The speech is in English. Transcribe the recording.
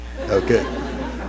Okay